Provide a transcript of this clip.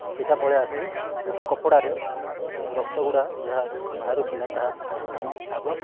ସିଧା ପଳାଇ ଆସିଲି ଗୋଟେ କପଡ଼ାରେ ରକ୍ତ ଗୁଡ଼ା ଯାହା ବାହାରୁଥିଲା ତାହା ମୁଁ ଆଗ